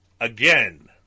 again